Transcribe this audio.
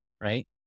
right